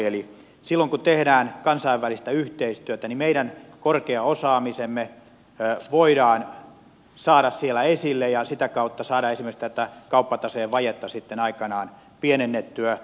eli silloin kun tehdään kansainvälistä yhteistyötä meidän korkea osaamisemme voidaan saada siellä esille ja sitä kautta saada esimerkiksi tätä kauppataseen vajetta sitten aikanaan pienennettyä